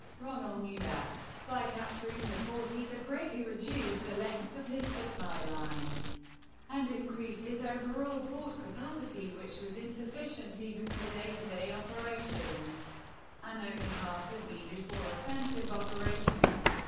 rommel knew that by capturing the port he could greatly reduce the length of his supply lines and increase his overall port capacity, which was insufficient even for day-to-day operations and only half that needed for offensive operations.